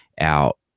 out